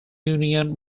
union